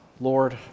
Lord